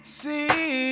see